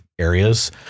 areas